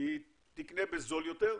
היא תקנה בזול יותר,